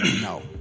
no